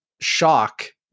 shock